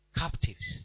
captives